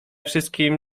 wszystkim